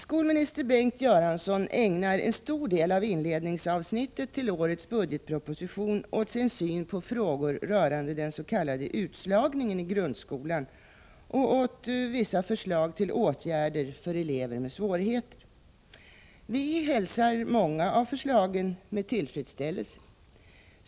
Skolminister Bengt Göransson ägnar en stor del av inledningsavsnittet till årets budgetproposition åt sin syn på frågor rörande den s.k. utslagningen i grundskolan och åt vissa förslag till åtgärder för elever med svårigheter. Vi hälsar många av förslagen med tillfredsställelse.